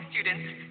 students